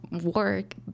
work